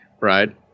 right